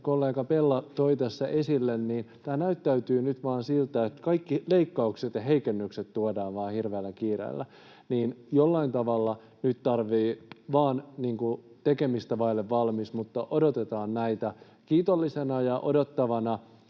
kollega Bella toi tässä esille, tämä näyttäytyy nyt vain siltä, että kaikki leikkaukset ja heikennykset tuodaan vaan hirveällä kiireellä. Tämä on niin kuin tekemistä vaille valmis. Mutta odotetaan näitä kiitollisena ja odottavana,